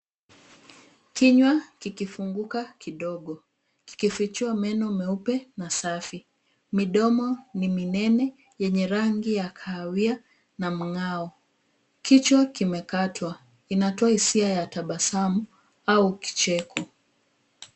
Kinywa kikifunguka kidogo. Kikifichua meno meupe na safi. Midomo ni mimine yenye rangi ya kahawia na mng'ao. Kichwa kimekatwa inatoa hisia ya tabasamu au kicheko.